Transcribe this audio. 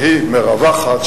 שהיא מרווחת,